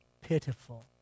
pitiful